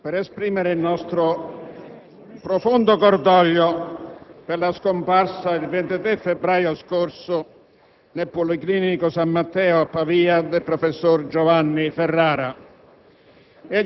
per esprimere il nostro profondo cordoglio per la scomparsa, il 23 febbraio scorso, nel Policlinico San Matteo a Pavia, del professor Giovanni Ferrara.